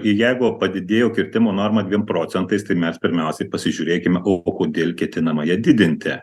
ir jeigu padidėjo kirtimo norma dviem procentais tai mes pirmiausia pasižiūrėkime o kodėl ketinama ja didinti